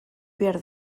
behar